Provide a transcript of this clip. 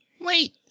Wait